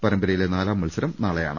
പരമ്പരയിലെ നാലാം മത്സരം നാളെയാണ്